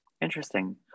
Interesting